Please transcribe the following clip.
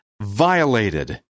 violated